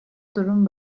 durum